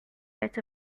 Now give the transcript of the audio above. bit